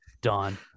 done